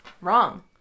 wrong